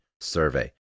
survey